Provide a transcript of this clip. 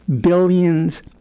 billions